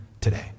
today